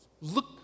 Look